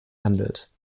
handelt